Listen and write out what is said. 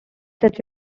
such